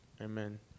Amen